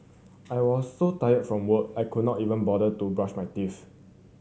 I was so tired from work I could not even bother to brush my teeth